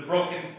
Broken